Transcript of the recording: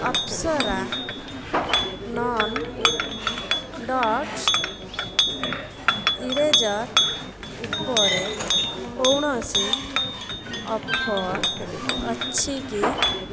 ଅପସରା non dust eraser ଉପରେ କୌଣସି offer ଅଛି କି